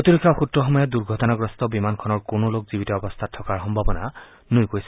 প্ৰতিৰক্ষা সূত্ৰসমূহে দুৰ্ঘটনাগ্ৰস্ত বিমানখনৰ কোনো লোক জীৱিত অৱস্থাত থকাৰ সম্ভাৱনা নুই কৰিছে